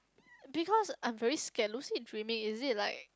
because I'm very scared lucid dreaming is it like